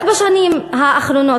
רק בשנים האחרונות,